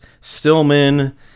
Stillman